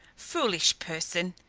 foolish person!